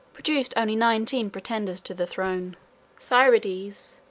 produced only nineteen pretenders to the throne cyriades,